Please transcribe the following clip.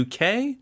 UK